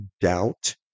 doubt